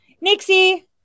Nixie